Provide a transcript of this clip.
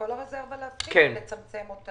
אתה רוצה להפחית את כל הרזרבה או לצמצם אותה?